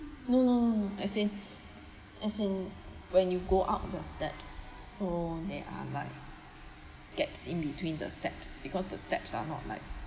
no no as in as in when you go up the steps so there are like gaps in between the steps because the steps are not like